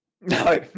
no